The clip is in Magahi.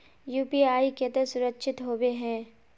यु.पी.आई केते सुरक्षित होबे है?